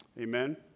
Amen